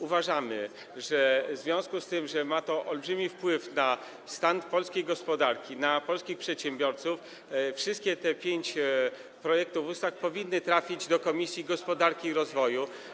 Uważamy, że w związku z tym, że ma to olbrzymi wpływ na stan polskiej gospodarki, na polskich przedsiębiorców, te wszystkie pięć projektów ustaw powinno trafić do Komisji Gospodarki i Rozwoju.